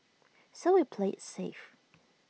so we played IT safe